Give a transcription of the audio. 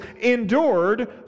endured